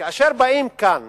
כאשר באים ואומרים כאן